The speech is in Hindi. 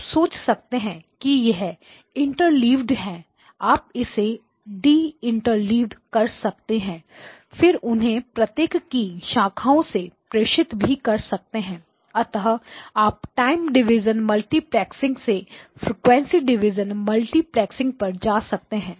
आप सोच सकते हैं कि यह इंटरलीवड है आप इसे डीइंटरलीवड कर सकते हैं फिर उन्हें प्रत्येक की शाखाओं में प्रेषित भी कर सकते हैं अतः आप टाइम डिवीज़न मल्टीप्लेक्सिंग से फ्रीक्वेंसी डिवीज़न मल्टीप्लेक्सिंगपर जा सकते हैं